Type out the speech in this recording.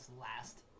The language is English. last